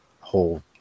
whole